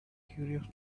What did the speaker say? curious